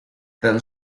tan